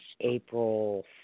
April